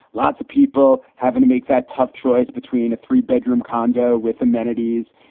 lots of people having to make that tough choice between a three bedroom condo with amenities,